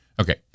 Okay